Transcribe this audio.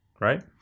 right